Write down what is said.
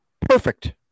perfect